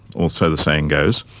or so the saying goes.